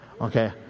Okay